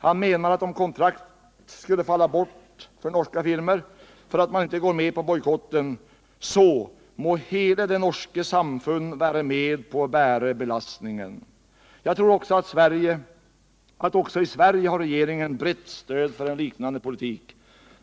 Han menar att om kontrakt skulle falla bort för norska firmor därför att de inte går med på bojkotten så ”må hele det norske samfunn vare med på å bere belastningen”. Jag tror att också i Sverige har regeringen brett stöd för en liknande politik.